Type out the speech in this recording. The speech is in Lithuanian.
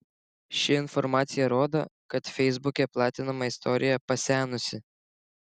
ši informacija rodo kad feisbuke platinama istorija pasenusi